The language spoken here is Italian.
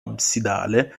absidale